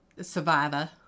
Survivor